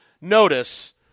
notice